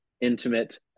intimate